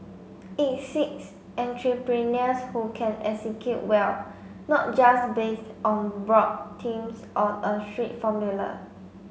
it seeks entrepreneurs who can execute well not just based on broad themes or a strict formula